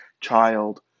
child